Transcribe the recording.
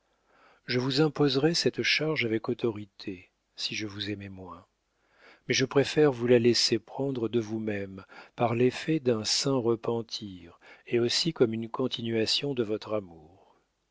je vous imposerais cette charge avec autorité si je vous aimais moins mais je préfère vous la laisser prendre de vous-même par l'effet d'un saint repentir et aussi comme une continuation de votre amour